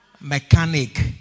mechanic